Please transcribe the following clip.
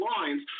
lines